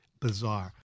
bizarre